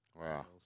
Wow